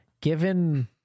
Given